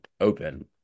open